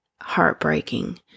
heartbreaking